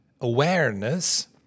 awareness